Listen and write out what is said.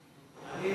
אלי,